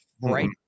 right